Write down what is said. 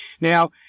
Now